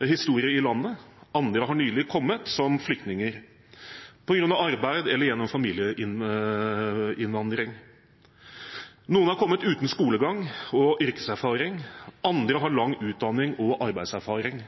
historie i landet, andre har nylig kommet som flyktninger, på grunn av arbeid eller gjennom familieinnvandring. Noen har kommet uten skolegang og yrkeserfaring, andre har lang utdanning og arbeidserfaring.